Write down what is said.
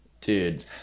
dude